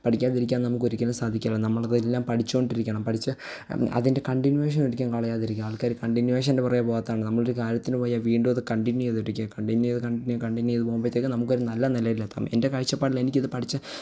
പഠിക്കാതിരിക്കാൻ നമുക്കൊരിക്കലും സാധിക്കില്ല നമ്മളതെല്ലാം പഠിച്ചു കൊണ്ടിരിക്കണം പഠിച്ച് അതിൻ്റെ കണ്ടിന്യൂവേഷനൊരിക്കലും കളയാതിരിക്കണം ആൾക്കാർ കണ്ടിന്യൂവേഷൻ്റെ പുറകേ പോകാത്തതാണ് നമ്മളൊരു കാര്യത്തിനു പോയാൽ വീണ്ടും അത് കണ്ടിന്യൂ ചെയ്തു കൊണ്ടിരിക്കുക കണ്ടിന്യൂ ചെയ്യത് കണ്ടിന്യൂയെ കണ്ടിന്യൂ ചെയ്ത് പോകുമ്പോഴത്തേക്കും നമുക്കൊരു നല്ല നിലയിലെത്തണം എൻ്റെ കാഴ്ചപ്പാടിലിതെനിക്ക് പഠിച്ച്